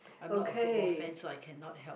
I'm not a football fan so I cannot help